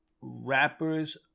rappers